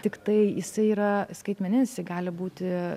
tiktai jisai yra skaitmeninis jisai gali būti